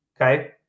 Okay